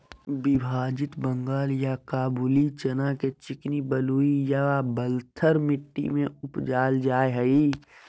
विभाजित बंगाल या काबूली चना के चिकनी बलुई या बलथर मट्टी में उपजाल जाय हइ